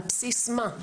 על בסיס מה?